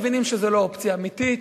מבינים שזו לא אופציה אמיתית.